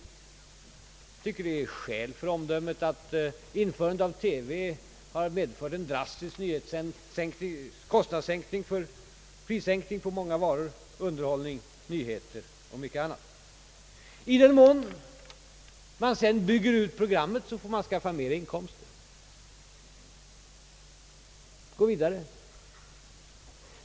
Jag tycker att det är skäl för omdömet att införandet av TV har medfört en drastisk sänkning av priset på många varor, underhållning, nyheter och mycket annat. I den mån man sedan bygger ut programmet får man skaffa mer inkomster och gå vidare.